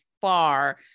far